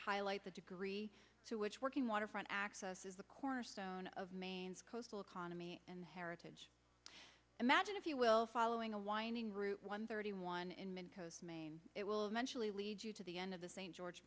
highlight the degree to which working waterfront access is the cornerstone of maine's coastal economy and heritage imagine if you will following a winding route one thirty one in midcoast maine it will eventually lead you to the end of the st george